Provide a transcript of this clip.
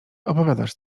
opowiadasz